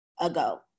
ago